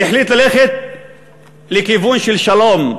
והחליט ללכת לכיוון של שלום,